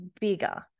bigger